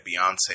Beyonce